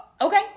Okay